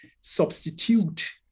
substitute